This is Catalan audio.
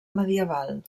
medieval